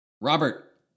Robert